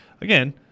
Again